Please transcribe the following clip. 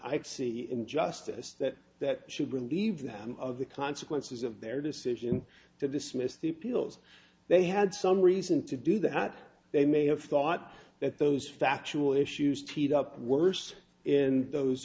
could see in justice that that should relieve them of the consequences of their decision to dismiss the appeals they had some reason to do that they may have thought that those factual issues teed up worst in those